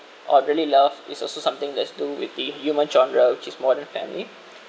or really love is also something that's do with the human genre which is modern family